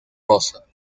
rosa